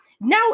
now